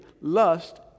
lust